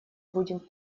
будем